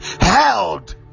held